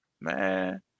man